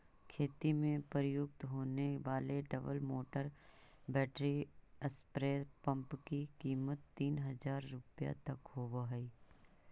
खेती में प्रयुक्त होने वाले double motor battery spray pump की कीमत तीन हज़ार रुपया तक होवअ हई